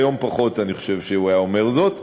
היום פחות אני חושב שהוא היה אומר זאת.